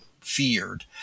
feared